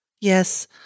Yes